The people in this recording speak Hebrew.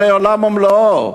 הרי עולם ומלואו,